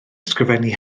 ysgrifennu